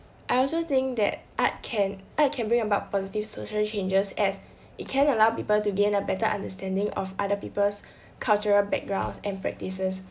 I also think that art can art can bring about positive social changes as it can allow people to gain a better understanding of other people's cultural backgrounds and practices